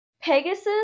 Pegasus